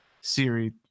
siri